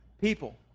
people